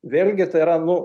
vėlgi tai yra nu